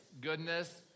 goodness